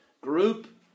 group